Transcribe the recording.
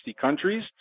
countries